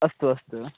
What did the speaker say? अस्तु अस्तु